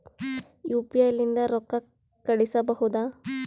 UPI ಲಿಂದ ರೊಕ್ಕ ಕಳಿಸಬಹುದಾ?